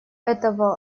этого